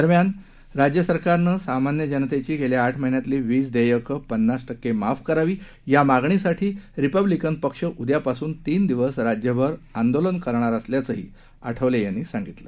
दरम्यान केली राज्य सरकारनं सामान्य जनतेची गेल्या आठ महिन्यांतली वीज देयकं पन्नास टक्के माफ करावी या मागणीसाठी रिपब्लीकन पक्ष उद्यापासून तीन दिवस राज्यभर आंदोलन करणार असल्याचंही आठवले यांनी सांगितलं